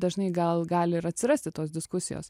dažnai gal gali ir atsirasti tos diskusijos